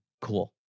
Cool